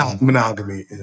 monogamy